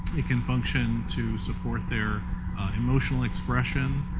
it can function to support their emotional expression,